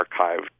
archived